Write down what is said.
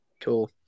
Cool